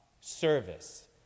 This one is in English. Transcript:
service